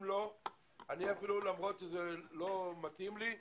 אם לא, אני, אפילו שזה לא מתאים לי,